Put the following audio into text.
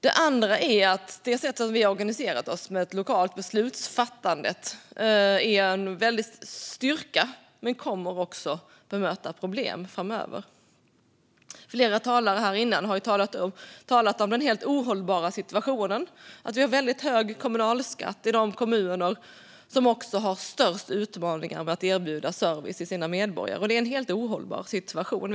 Det andra är att det sätt som vi har organiserat oss på, med ett lokalt beslutsfattande, är en väldig styrka, men det kommer också att möta problem framöver. Flera talare här har talat om den helt ohållbara situationen att vi har en väldigt hög kommunalskatt i de kommuner som har störst utmaningar med att erbjuda service till sina medborgare. Det är en helt ohållbar situation.